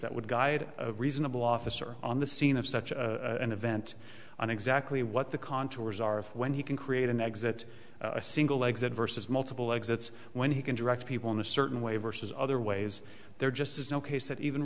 that would guide a reasonable officer on the scene of such a an event on exactly what the contours are of when he can create an exit a single exit versus multiple exits when he can direct people in a certain way versus other ways there just is no case that even